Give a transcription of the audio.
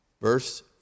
Verse